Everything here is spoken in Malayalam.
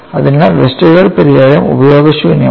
അതിനാൽ വെസ്റ്റർഗാർഡ് പരിഹാരം ഉപയോഗശൂന്യമാണ്